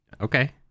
Okay